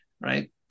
Right